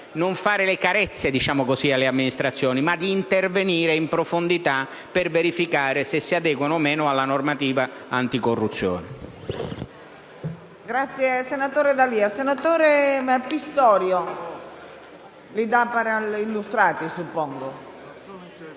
non fare le carezze alle amministrazioni, ma di intervenire in profondità per verificare se si adeguano o meno alla normativa anticorruzione.